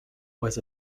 was